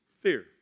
fear